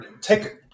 Take